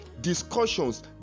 discussions